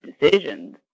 decisions